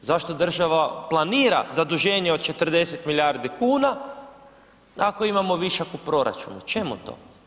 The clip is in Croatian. Zašto država planira zaduženje od 40 milijardi kuna, ako imamo višak u proračunu, čemu to?